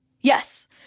Yes